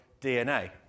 DNA